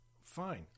Fine